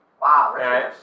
Wow